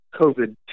covid